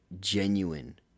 genuine